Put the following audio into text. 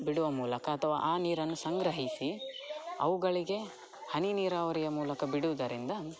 ಬಿಡುವ ಮೂಲಕ ಅಥವಾ ಆ ನೀರನ್ನು ಸಂಗ್ರಹಿಸಿ ಅವುಗಳಿಗೆ ಹನಿ ನೀರಾವರಿಯ ಮೂಲಕ ಬಿಡುವುದರಿಂದ